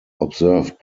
observed